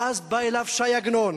ואז בא אליו ש"י עגנון.